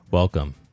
Welcome